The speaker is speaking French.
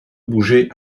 bougé